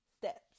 steps